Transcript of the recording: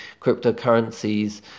cryptocurrencies